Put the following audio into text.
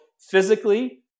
physically